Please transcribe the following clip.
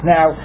Now